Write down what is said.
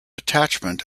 attachment